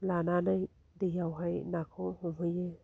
लानानै दैयावहाय नाखौ हमहैयो